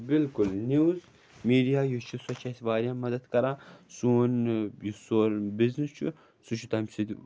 بِلکُل news media یُس چھُ سۅ چھِ اَسہِ واریاہ مَدَتھ کران سون یُس سون بِزنِس چھُ سُہ چھِ تَمہِ سٟتۍ